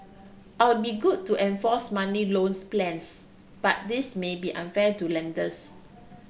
I'll be good to enforce monthly loans plans but this may be unfair to lenders